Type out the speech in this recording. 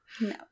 No